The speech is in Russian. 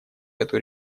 эту